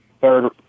third